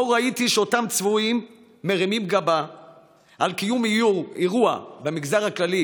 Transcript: לא ראיתי שאותם צבועים מרימים גבה על קיום אירוע במגזר הכללי,